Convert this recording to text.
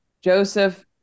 Joseph